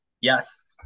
Yes